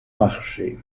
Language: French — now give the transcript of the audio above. marché